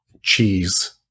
cheese